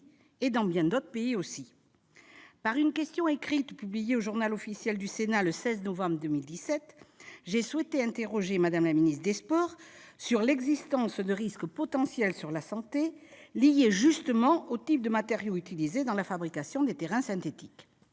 dans bien d'autres pays. Par une question écrite publiée au le 16 novembre 2017, j'ai souhaité interroger Mme la ministre des sports sur l'existence de risques potentiels pour la santé justement liés aux types de matériaux utilisés dans la fabrication de terrains synthétiques.